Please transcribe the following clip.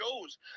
shows